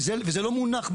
וזה לא מונח,